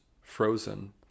frozen